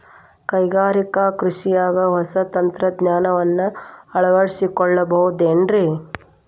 ಕೈಗಾರಿಕಾ ಕೃಷಿಯಾಗ ಹೊಸ ತಂತ್ರಜ್ಞಾನವನ್ನ ಅಳವಡಿಸಿಕೊಳ್ಳಬಹುದೇನ್ರೇ?